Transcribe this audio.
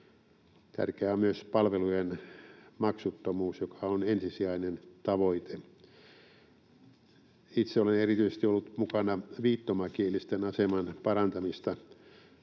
Tärkeää on myös palvelujen maksuttomuus, joka on ensisijainen tavoite. Itse olen erityisesti ollut mukana viittomakielisten aseman parantamista